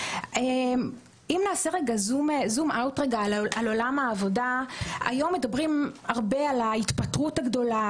אם נעשה זום אאוט על עולם העבודה היום מדברים הרבה על ההתפטרות הגדולה,